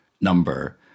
number